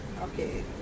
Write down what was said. Okay